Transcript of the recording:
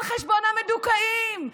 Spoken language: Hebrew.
על חשבון המדוכאים,